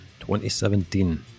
2017